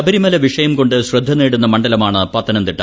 ശബരിമല വിഷയം കൊണ്ട് ശ്രദ്ധ നേടുന്ന മണ്ഡലമാണ് പത്തനംതിട്ട